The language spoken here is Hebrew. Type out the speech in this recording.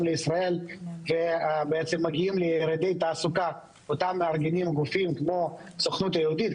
לישראל ומגיעים לירידי תעסוקה שמארגנים גופים כמו: הסוכנות היהודית,